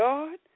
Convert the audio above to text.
God